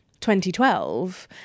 2012